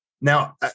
now